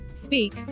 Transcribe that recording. Speak